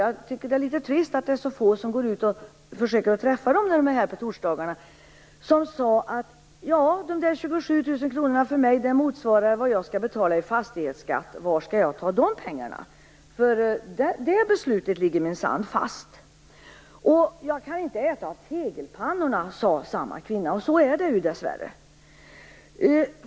Jag tycker att det är trist att det är så få som går ut och träffar dem när de är här på torsdagarna. Änkan sade att de 27 000 kronorna motsvarade vad hon skulle betala i fastighetsskatt. Var skulle hon ta de pengarna från? Det beslutet ligger minsann fast. Hon kan inte äta tegelpannorna, sade samma kvinna. Så är det ju, dessvärre.